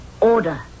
Order